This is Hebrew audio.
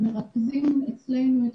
בינתיים נמשיך.